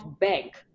bank